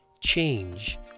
change